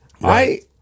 Right